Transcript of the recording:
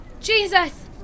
Jesus